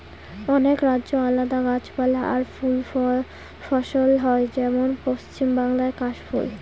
অনেক রাজ্যে আলাদা গাছপালা আর ফুল ফসল হয় যেমন পশ্চিম বাংলায় কাশ ফুল